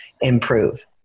improve